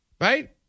right